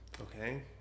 Okay